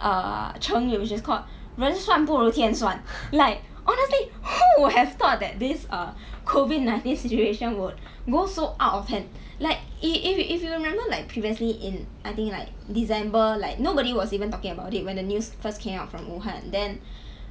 uh 成语 which is called 人算不如天算 like honestly who would have thought that this err COVID nineteen situation would go so out of hand like if if if you remember like previously in I think like december like nobody was even talking about it when the news first came out from wuhan then